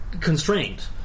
constrained